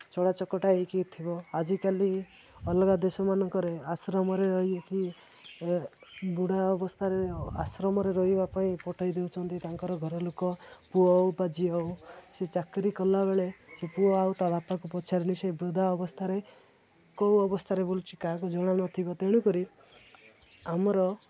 ଚଳା ଚକଟା ହେଇକି ଥିବ ଆଜିକାଲି ଅଲଗା ଦେଶ ମାନଙ୍କରେ ଆଶ୍ରମରେ ରହିକି ବୁଢ଼ା ଅବସ୍ଥାରେ ଆଶ୍ରମରେ ରହିବା ପାଇଁ ପଠେଇ ଦେଉଛନ୍ତି ତାଙ୍କର ଘର ଲୋକ ପୁଅ ହଉ ବା ଝିଅ ହଉ ସେ ଚାକିରି କଲାବେଳେ ସେ ପୁଅ ଆଉ ତା' ବାପାକୁ ପଚାରେନି ସେ ବୃଦ୍ଧା ଅବସ୍ଥାରେ କେଉଁ ଅବସ୍ଥାରେ ବୁଲୁଛି କାହାକୁ ଜଣା ନଥିବ ତେଣୁକରି ଆମର